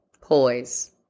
poise